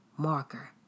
marker